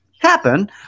happen